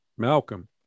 Malcolm